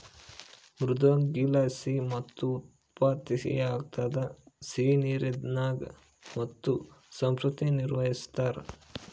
ಮೃದ್ವಂಗಿಲಾಸಿ ಮುತ್ತು ಉತ್ಪತ್ತಿಯಾಗ್ತದ ಸಿಹಿನೀರಿನಾಗ ಮುತ್ತು ಸಂಸ್ಕೃತಿ ನಿರ್ವಹಿಸ್ತಾರ